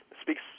speaks